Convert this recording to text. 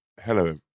hello